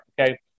Okay